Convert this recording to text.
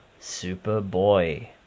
Superboy